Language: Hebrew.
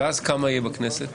החכ"ם תהיה בתוך